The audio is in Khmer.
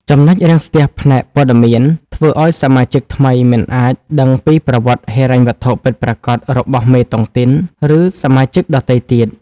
ចំណុចរាំងស្ទះផ្នែកព័ត៌មាន ធ្វើឱ្យសមាជិកថ្មីមិនអាចដឹងពីប្រវត្តិហិរញ្ញវត្ថុពិតប្រាកដរបស់មេតុងទីន ឬសមាជិកដទៃទៀត។